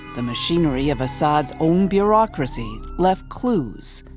the machinery of assad's own bureaucracy left clues.